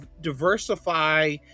diversify